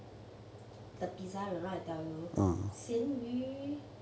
the pizza you know the one I tell you 鹹魚